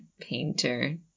painter